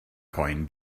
coin